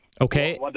Okay